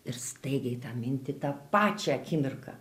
ir staigiai tą mintį tą pačią akimirką